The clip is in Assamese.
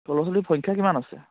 সৰু ল'ৰা ছোৱালীৰ সংখ্যা কিমান আছে